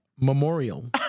Memorial